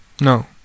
No